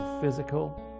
physical